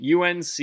UNC